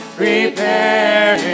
prepare